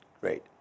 great